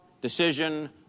decision